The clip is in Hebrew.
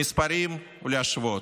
מספרים ולהשוות,